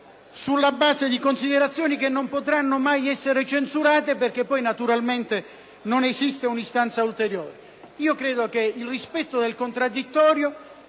sulla base di considerazioni che non potranno mai essere censurate perche´ poi naturalmente non esiste un’istanza ulteriore. Credo che il rispetto del contraddittorio,